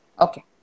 Okay